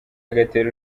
agatera